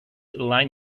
align